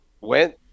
went